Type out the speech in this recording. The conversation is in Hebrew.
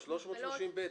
330ה'